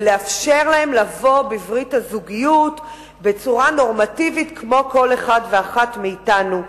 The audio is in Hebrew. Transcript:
ולאפשר להם לבוא בברית הזוגיות בצורה נורמטיבית כמו כל אחד ואחת מאתנו.